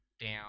down